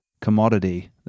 commodity